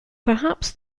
perhaps